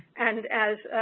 and as